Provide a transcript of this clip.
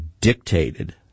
dictated